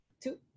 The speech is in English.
two